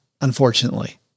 unfortunately